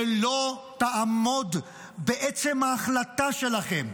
שלא יעמוד בעצם ההחלטה שלכם.